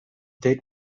deed